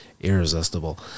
irresistible